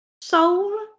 Soul